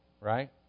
right